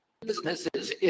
businesses